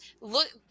look